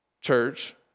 church